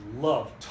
love